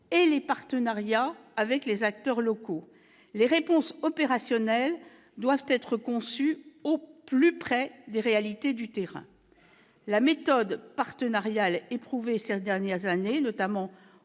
et les partenariats avec les acteurs locaux. Les réponses opérationnelles doivent être conçues au plus près des réalités du terrain. La méthode partenariale éprouvée ces dernières années, notamment